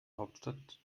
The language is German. hauptstadt